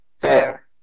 Fair